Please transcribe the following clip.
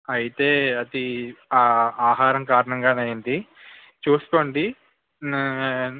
అయితే అది ఆహారం కారణంగానే అయింది చూసుకోండి న